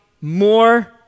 more